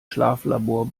schlaflabor